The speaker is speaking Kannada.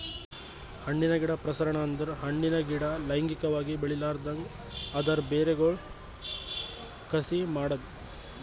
ಹಣ್ಣಿನ ಗಿಡ ಪ್ರಸರಣ ಅಂದುರ್ ಹಣ್ಣಿನ ಗಿಡ ಲೈಂಗಿಕವಾಗಿ ಬೆಳಿಲಾರ್ದಂಗ್ ಅದರ್ ಬೇರಗೊಳ್ ಕಸಿ ಮಾಡದ್